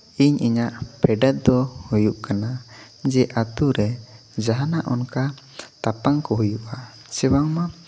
ᱤᱧ ᱤᱧᱟᱹᱜ ᱯᱷᱮᱰᱟᱛ ᱫᱚ ᱦᱩᱭᱩᱜ ᱠᱟᱱᱟ ᱡᱮ ᱟᱛᱳ ᱨᱮ ᱡᱟᱦᱟᱱᱟᱜ ᱚᱱᱠᱟ ᱛᱟᱯᱟᱢ ᱠᱚ ᱦᱩᱭᱩᱜᱼᱟ ᱥᱮ ᱵᱟᱝᱢᱟ